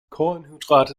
kohlenhydrate